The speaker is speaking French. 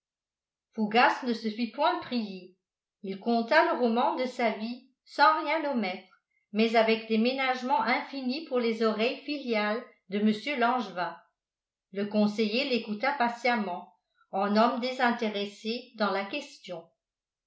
fougas ne se fit point prier il conta le roman de sa vie sans rien omettre mais avec des ménagements infinis pour les oreilles filiales de mr langevin le conseiller l'écouta patiemment en homme désintéressé dans la question